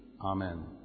Amen